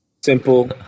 Simple